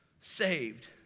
saved